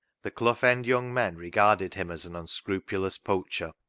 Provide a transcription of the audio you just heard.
the clough end young men regarded him as an unscrupulous poacher.